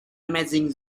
amazing